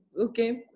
Okay